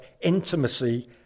intimacy